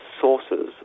sources